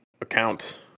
account